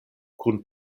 kun